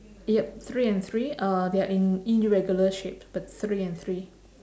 yup three and three uh they are in irregular shape but three and three